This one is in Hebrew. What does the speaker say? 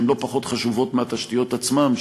שהן לא פחות חשובות מהתשתיות עצמן,